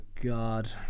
God